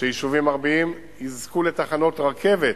שיישובים ערביים יזכו לתחנות רכבת,